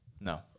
No